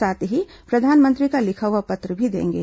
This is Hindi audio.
साथ ही प्रधानमंत्री का लिखा हुआ पत्र भी देंगे